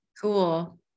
Cool